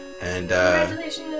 Congratulations